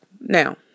Now